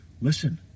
listen